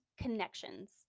connections